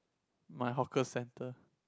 my hawker centre